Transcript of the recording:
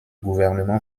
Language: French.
gouvernement